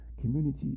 Community